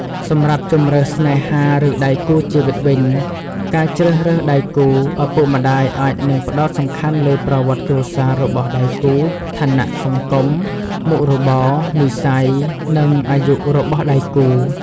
សម្រាប់ជម្រើសស្នេហាឬដៃគូជីវិតវិញ ការជ្រើសរើសដៃគូ ឪពុកម្ដាយអាចនឹងផ្តោតសំខាន់លើប្រវត្តិគ្រួសាររបស់ដៃគូ ឋានៈសង្គម មុខរបរ និស្ស័យ និងអាយុ របស់ដៃគូ។